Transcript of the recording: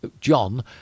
John